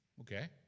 Okay